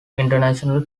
international